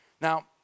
Now